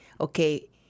okay